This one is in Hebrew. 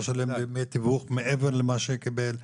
דמי תיווך מעבר למה שהוא קיבל,